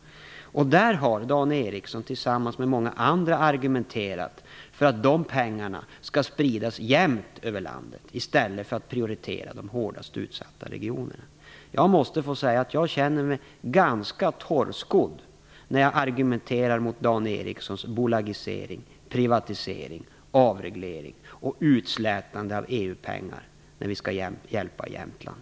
Dan Ericsson har tillsammans med många andra argumenterat för att de pengarna skall spridas jämnt över landet i stället för att man skall prioritera de hårdast utsatta regionerna. Jag känner mig ganska torrskodd när jag argumenterar mot Dan Ericssons bolagisering, privatisering, avreglering och utslätande av EU-pengar när vi skall hjälpa Jämtland.